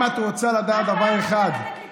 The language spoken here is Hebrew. אם את רוצה לדעת דבר אחד,